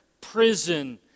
prison